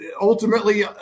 Ultimately